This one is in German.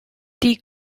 die